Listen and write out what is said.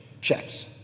checks